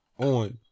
On